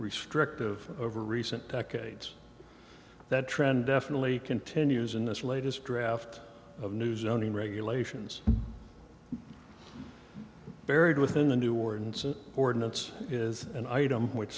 restrictive over recent decades that trend definitely continues in this latest draft of new zoning regulations buried within the new ordinance an ordinance is an item which